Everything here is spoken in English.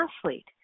athlete